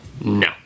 No